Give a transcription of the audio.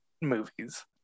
movies